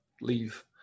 leave